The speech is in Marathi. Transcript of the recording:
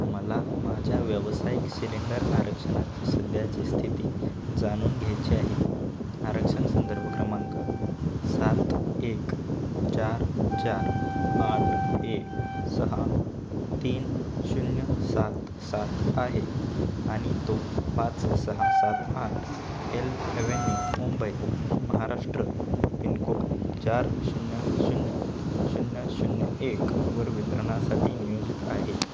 मला माझ्या व्यावसायिक सिलेंडर आरक्षणाची सध्याची स्थिती जाणून घ्यायची आहे आरक्षण संदर्भ क्रमांक सात एक चार चार आठ एक सहा तीन शून्य सात सात आहे आणि तो पाच सहा सात आठ L avenue Mumbai Maharashtra pin code चार शून्य शून्य शून्य शून्य एक वर वितरणासाठी नियोजित आहे